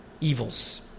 evils